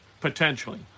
potentially